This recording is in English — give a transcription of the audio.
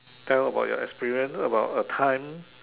tell about your experience about a time